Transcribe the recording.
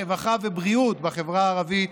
רווחה ובריאות בחברה הערבית,